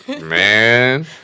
Man